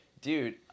dude